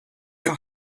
your